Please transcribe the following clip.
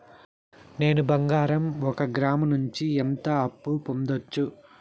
నేను బంగారం ఒక గ్రాము నుంచి ఎంత అప్పు పొందొచ్చు